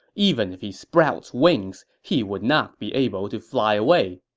even if he sprouts wings, he would not be able to fly away.